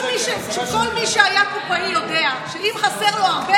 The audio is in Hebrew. כל מי שהיה קופאי יודע שאם חסר לו הרבה,